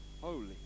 holy